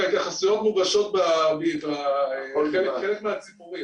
ההתייחסויות מוגשות בחלק הציבורי,